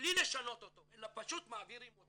בלי לשנות אותו אלא פשוט מעבירים.